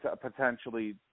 potentially